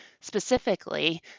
specifically